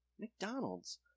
McDonald's